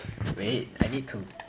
wait I need to